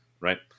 right